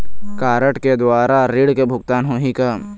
Card के द्वारा ऋण के भुगतान होही का?